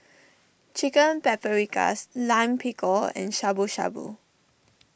Chicken Paprikas Lime Pickle and Shabu Shabu